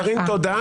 קארין, תודה.